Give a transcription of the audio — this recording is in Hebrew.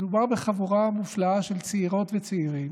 מדובר בחבורה מופלאה של צעירות וצעירים